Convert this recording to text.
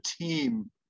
team